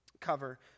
cover